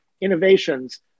innovations